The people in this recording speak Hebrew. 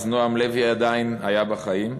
אז נועם לוי עדיין היה בחיים,